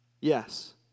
yes